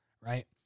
right